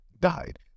died